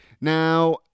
Now